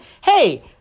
hey